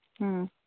ꯎꯝ